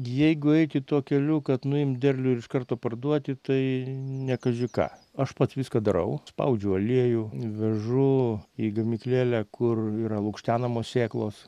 jeigu eiti tuo keliu kad nuimt derlių ir iš karto parduoti tai ne kaži ką aš pats viską darau spaudžiu aliejų vežu į gamyklėlę kur yra lukštenamos sėklos